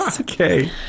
Okay